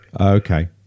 okay